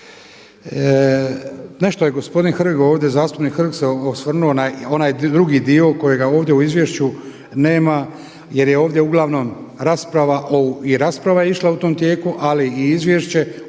Nešto je ovdje zastupnik Hrg se osvrnuo na onaj drugi dio kojega ovdje u izvješću nema jer je ovdje uglavnom rasprava išla u tom tijeku, ali i izvješće